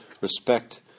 respect